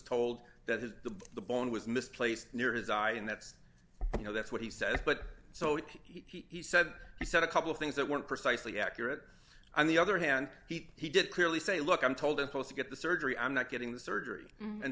told that his the bone was misplaced near his eye and that's you know that's what he says but so what he said he said a couple things that weren't precisely accurate on the other hand he did clearly say look i'm told of course to get the surgery i'm not getting the surgery and